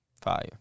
fire